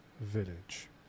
Village